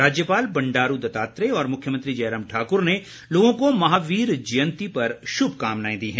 राज्यपाल बंडारू दत्तात्रेय और मुख्यमंत्री जयराम ठाक्र ने लोगों को महावीर जयंती पर श्भकामनाएं दीं हैं